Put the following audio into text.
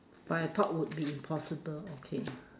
but I thought would be impossible okay